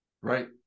Right